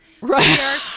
Right